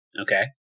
Okay